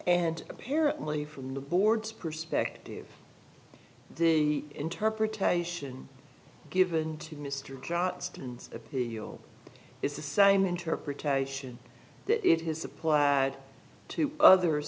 and apparently from the board's perspective the interpretation given to mr johnston's appeal is the same interpretation that it has apply to other